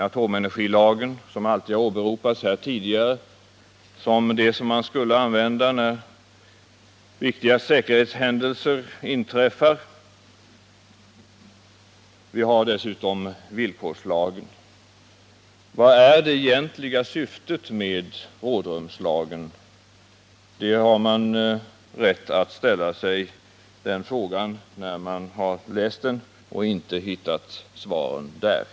Atomenergilagen har ju alltid åberopats tidigare som den lag man skulle använda när viktiga säkerhetshändelser inträffade. Vi har dessutom villkorslagen. Vilket är det egentliga syftet med rådrumslagen? Den frågan har man rätt att ställa sig när man läst lagförslaget och inte hittat svaret där.